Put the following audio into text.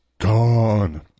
gone